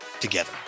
together